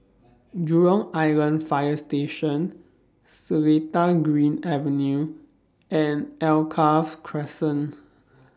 Jurong Island Fire Station Seletar Green Avenue and Alkaff Crescent